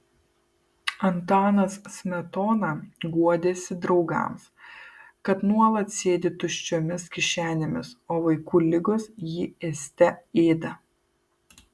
antanas smetona guodėsi draugams kad nuolat sėdi tuščiomis kišenėmis o vaikų ligos jį ėste ėda